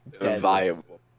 viable